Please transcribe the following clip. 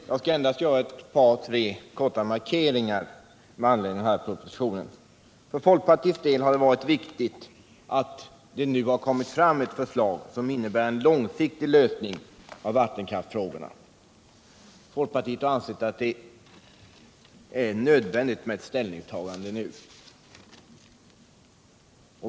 Herr talman! Jag skall endast göra ett par tre korta markeringar med anledning av propositionen. För folkpartiets del har det varit viktigt att det nu framlagts ett förslag, som innebär en långsiktig lösning av vattenkraftsfrågorna. Folkpartiet har ansett att det är nödvändigt med ett ställningstagande nu.